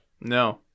No